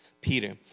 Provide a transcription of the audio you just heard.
Peter